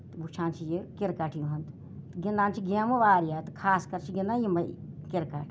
وُچھان چھِ یہِ کِرکٹ یِہُند گِندان چھِ گیمہٕ واریاہ خاص کر چھِ گِندان یِمے کِرکٹ